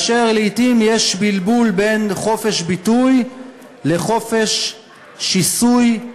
ולעתים יש בלבול בין חופש ביטוי לחופש שיסוי,